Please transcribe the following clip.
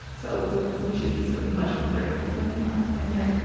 so we should be so much more grateful than we are and yet